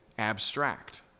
abstract